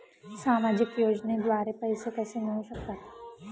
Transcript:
सामाजिक योजनेद्वारे पैसे कसे मिळू शकतात?